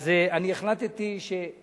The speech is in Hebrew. אז אני החלטתי לא